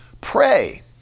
pray